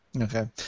Okay